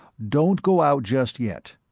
don't go out just yet.